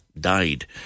died